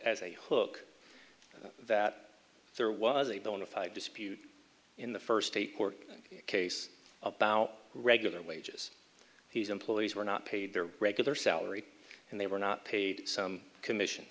as a hook that there was a bona fide dispute in the first a court case about regular wages he's employees were not paid their regular salary and they were not paid some commission